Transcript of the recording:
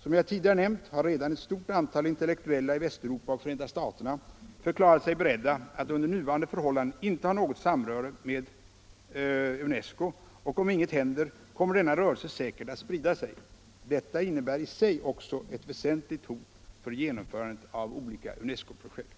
Som jag tidigare nämnt har redan ett stort antal intellektuella i Västeuropa och Förenta staterna förklarat sig beredda att under nuvarande förhållanden inte ha något samröre med UNESCO, och om inget händer kommer denna rörelse säkert att sprida sig. Detta innebär i sig också ett väsentligt hot mot genomförandet av olika UNESCO-projekt.